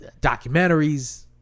documentaries